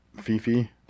Fifi